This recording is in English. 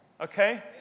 Okay